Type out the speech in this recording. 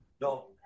no